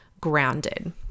grounded